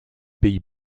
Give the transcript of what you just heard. pays